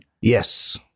Yes